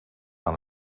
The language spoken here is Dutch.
aan